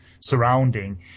surrounding